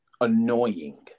annoying